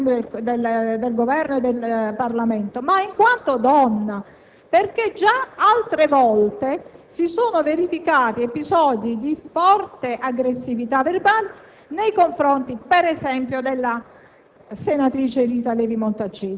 della Sottosegretario, in quanto membro del Governo e del Parlamento, ma in quanto donna. Già altre volte si sono verificati episodi di forte aggressività verbale, nei confronti, ad esempio, della